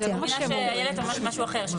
אילת אומרת משהו אחר,